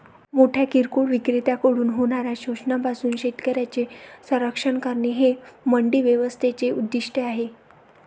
मोठ्या किरकोळ विक्रेत्यांकडून होणाऱ्या शोषणापासून शेतकऱ्यांचे संरक्षण करणे हे मंडी व्यवस्थेचे उद्दिष्ट आहे